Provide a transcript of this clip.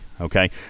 Okay